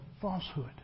falsehood